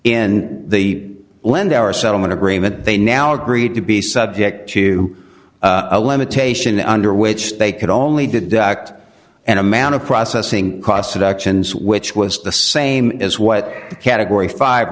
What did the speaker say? in the lead our settlement agreement they now agreed to be subject to a limitation under which they could only deduct an amount of processing costs of actions which was the same as what the category five